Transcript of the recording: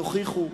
יוכיחו,